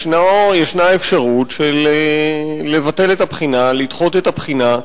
ישנה אפשרות לבטל את הבחינה, לדחות את הבחינה.